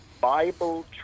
Bible